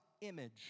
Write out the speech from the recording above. image